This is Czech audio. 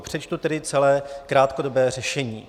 Přečtu tedy celé krátkodobé řešení.